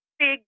big